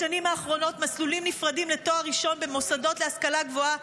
בשנים האחרונות מסלולים נפרדים לתואר ראשון במוסדות להשכלה גבוהה